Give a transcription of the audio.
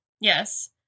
Yes